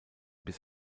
bis